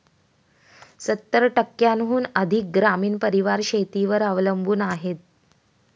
सत्तर टक्क्यांहून अधिक ग्रामीण परिवार शेतीवर अवलंबून आहेत